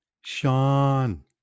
Sean